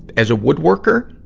as a woodworker,